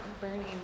burning